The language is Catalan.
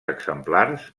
exemplars